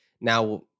Now